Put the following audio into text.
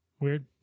Weird